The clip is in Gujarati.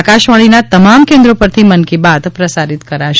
આકાશવાણીના તમામ કેન્દ્રો પરથી મન કી બાત પ્રસારિત કરશે